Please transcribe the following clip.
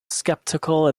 sceptical